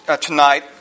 tonight